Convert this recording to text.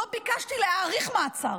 לא ביקשתי להאריך מעצר.